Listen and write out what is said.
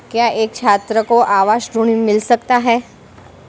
क्या एक छात्र को आवास ऋण मिल सकता है?